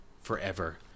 forever